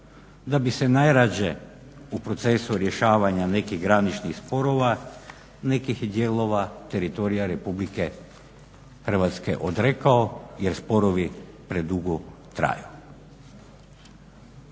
da bi se najradije u procesu rješavanja nekih graničnih sporova nekih dijelova teritorija RH odrekao jer sporovi predugo traju.